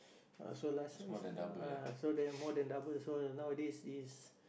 uh so last time also ah so there are more than double so nowadays is